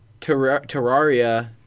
Terraria